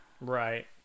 Right